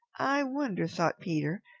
i wonder, thought peter,